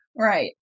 Right